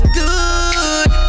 good